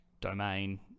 domain